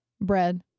bread